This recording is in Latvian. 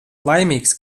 laimīgs